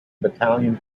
battalion